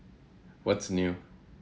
what's new